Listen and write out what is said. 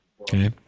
Okay